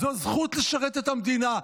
זו זכות לשרת את המדינה.